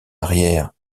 arrière